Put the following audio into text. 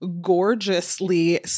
gorgeously